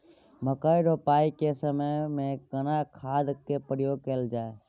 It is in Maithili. मकई रोपाई के समय में केना खाद के प्रयोग कैल जाय?